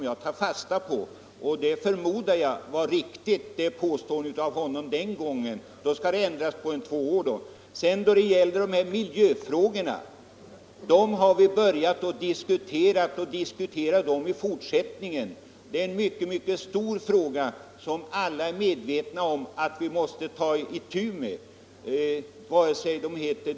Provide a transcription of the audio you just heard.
Jag förmodar att de var riktiga den gången, även om de skulle ha ändrats sedan dess. Miljöfrågorna har vi diskuterat, och vi kommer att diskutera dem även i fortsättningen. Alla är medvetna om att vi måste ta itu med dessa problem.